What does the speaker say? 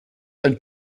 ein